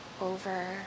over